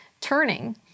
turning